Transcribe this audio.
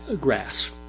grass